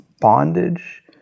bondage